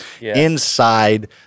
inside